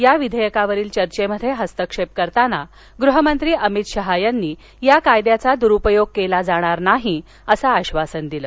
या विधेयकावरील चर्चेमध्ये हस्तक्षेप करताना गृह मंत्री अमित शाह यांनी या कायद्याचा द्रूपयोग केला जाणार नाही असं आश्वासन दिलं